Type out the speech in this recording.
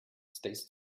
stays